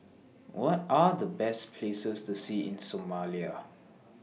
What Are The Best Places to See in Somalia